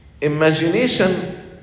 Imagination